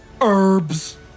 herbs